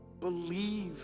believe